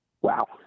Wow